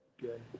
Good